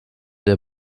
der